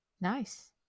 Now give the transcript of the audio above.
Nice